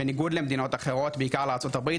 בניגוד למדינות אחרות ובעיקר לארצות הברית,